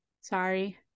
sorry